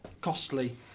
costly